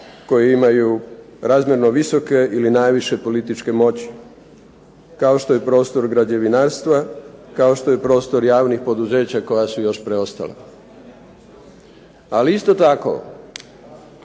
koji imaju razmjerno visoke ili najviše političke moći, kao što je prostor građevinarstva, kao što je prostor javnih poduzeća koja su još preostala. Ali isto tako